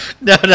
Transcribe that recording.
no